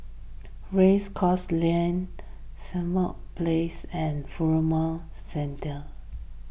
Race Course Lane Simon Place and Furama Centre